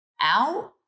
out